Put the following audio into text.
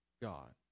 God